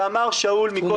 ואמר שאול שנייה.